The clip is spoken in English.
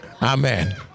Amen